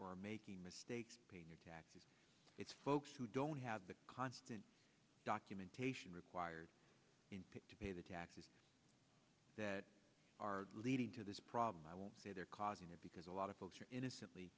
or making mistakes paying your taxes it's folks who don't have the constant documentation required in pick to pay the taxes that are leading to this problem i won't say they're causing it because a lot of folks are innocently